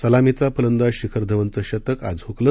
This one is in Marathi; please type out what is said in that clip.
सलामीचा फलंदाज शिखर धवनचं शतक आज हुकलं